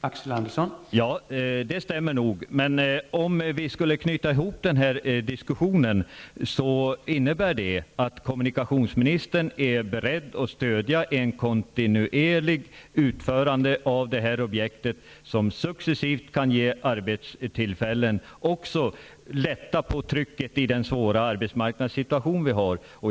Herr talman! Det stämmer nog. Men om vi skulle knyta ihop denna diskussion innebär det att kommunikationsministern är beredd att stödja ett kontinuerligt utförande av detta objekt, vilket successivt kan ge arbetstillfällen och även lätta på trycket i den nuvarande svåra arbetsmarknadssituationen.